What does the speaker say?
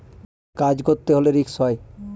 কাজ করতে হলে রিস্ক হয়